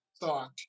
thought